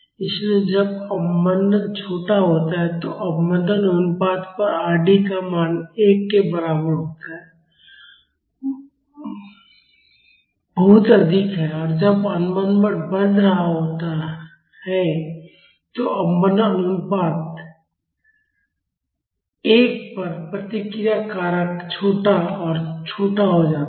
इसलिए जब अवमंदन छोटा होता है तो अवमंदन अनुपात पर Rd का मान 1 के बराबर होता है बहुत अधिक है और जब अवमंदन बढ़ रहा होता है तो अवमंदन अनुपात 1 पर प्रतिक्रिया कारक छोटा और छोटा हो जाता है